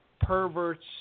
perverts